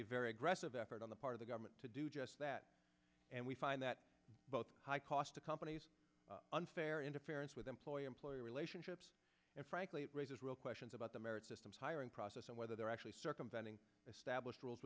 a very aggressive effort on the part of the government to do just that and we find that both high cost to companies unfair interference with employer employee relationships and frankly it raises real questions about the merits system's hiring process and whether they're actually circumventing established rules